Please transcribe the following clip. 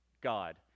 God